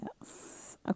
Yes